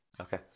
okay